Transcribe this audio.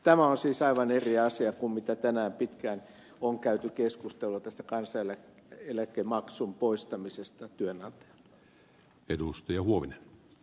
tämä on siis aivan erilainen asia kuin mistä tänään pitkään on käyty keskustelua tämä kelamaksun poistaminen työnantajilta